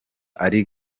ari